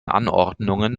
anordnungen